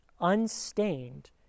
unstained